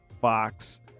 Fox